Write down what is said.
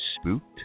Spooked